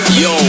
yo